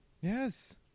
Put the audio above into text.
Yes